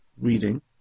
reading